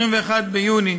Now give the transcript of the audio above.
21 ביוני,